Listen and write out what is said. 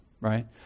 right